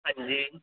ਹਾਂਜੀ